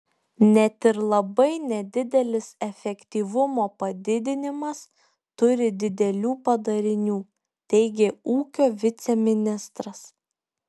net ir labai nedidelis efektyvumo padidinimas turi didelių padarinių teigė ūkio viceministras